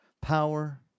power